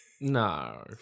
No